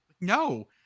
No